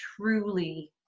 truly